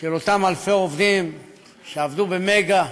של אותם אלפי עובדים שעבדו ב"מגה",